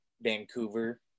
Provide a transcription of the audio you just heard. Vancouver